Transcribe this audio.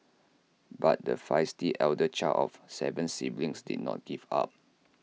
but the feisty elder child of Seven siblings did not give up